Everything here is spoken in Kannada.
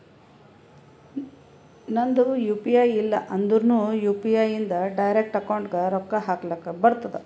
ನಂದ್ ಯು ಪಿ ಐ ಇಲ್ಲ ಅಂದುರ್ನು ಯು.ಪಿ.ಐ ಇಂದ್ ಡೈರೆಕ್ಟ್ ಅಕೌಂಟ್ಗ್ ರೊಕ್ಕಾ ಹಕ್ಲಕ್ ಬರ್ತುದ್